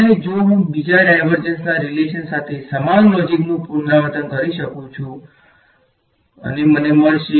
અને હું બીજા ડાઈવર્જંસ ના રીલેશન સાથે સમાન લોજીકનુ પુનરાવર્તન કરી શકું છું અને મને મળશે